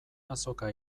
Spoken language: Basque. azoka